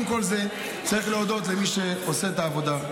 עם כל זה צריך להודות למי שעושה את העבודה.